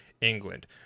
England